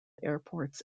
airports